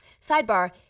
sidebar